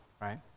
Right